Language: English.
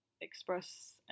express